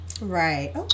Right